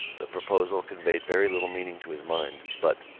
the proposal conveyed very little meaning to his mind, but,